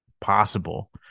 possible